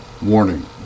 Warning